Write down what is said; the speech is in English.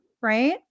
right